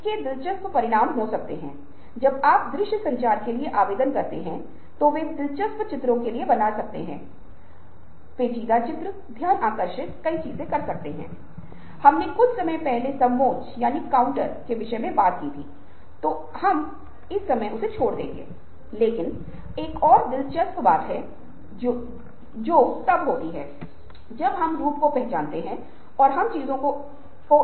इस खोज से ये निष्कर्ष क्या सुझाव देते हैं हम अनुमान लगा सकते हैं कि बुद्धिमान लोग रचनात्मक हैं लेकिन अत्यधिक बुद्धिमान लोग जरूरी रचनात्मक नहीं हैं